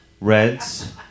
Reds